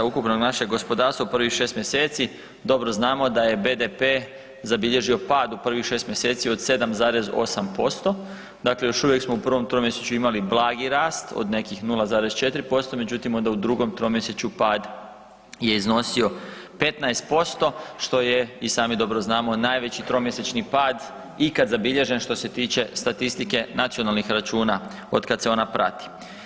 Ukupno naše gospodarstvo u prvih 6 mjeseci dobro znamo da je BDP zabilježio pad u prvih 6 mjeseci od 7,8% dakle još uvijek smo u prvom tromjesečju imali blagi rast od nekih 0,4% međutim onda u drugom tromjesečju pad je iznosio 15% što je i sami dobro znamo, najveći tromjesečni pad ikad zabilježen što se tiče statistike nacionalnih računa od kada se ona prati.